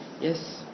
Yes